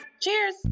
Cheers